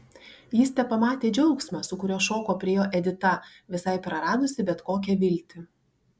jis tepamatė džiaugsmą su kuriuo šoko prie jo edita visai praradusi bet kokią viltį